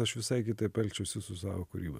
aš visai kitaip elgčiausi su savo kūryba